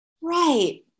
Right